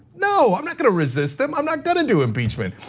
no, i'm not gonna resist him, i'm not gonna do impeachment.